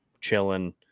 chilling